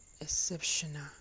exceptional